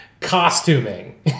costuming